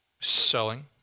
selling